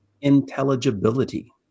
intelligibility